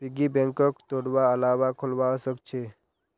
piggy बैंकक तोडवार अलावा खोलवाओ सख छ